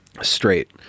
straight